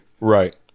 Right